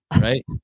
Right